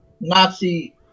Nazi